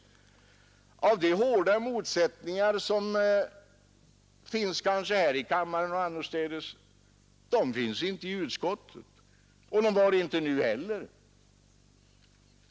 De hårda motsättningar som kanske finns här i kammaren och annorstädes finns inte skatteutskottet.